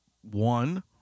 One